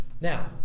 Now